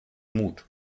mut